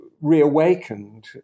reawakened